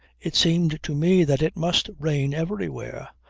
it seemed to me that it must reign everywhere,